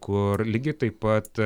kur lygiai taip pat